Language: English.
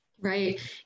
Right